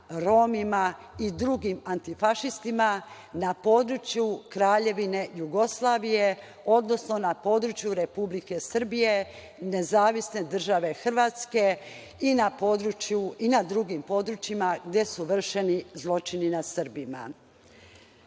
Romima i drugim antifašistima na području Kraljevine Jugoslavije, odnosno na području Republike Srbije, NDH i na drugim područjima gde su vršeni zločini nad